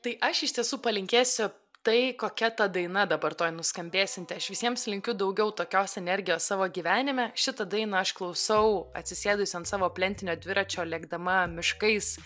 tai aš iš tiesų palinkėsiu tai kokia ta daina dabar tuoj nuskambėsianti aš visiems linkiu daugiau tokios energijos savo gyvenime šitą dainą aš klausau atsisėdusi ant savo plentinio dviračio lėkdama miškais